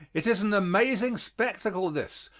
it is an amazing spectacle, this,